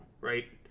Right